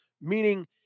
meaning